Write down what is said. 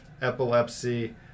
epilepsy